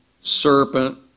serpent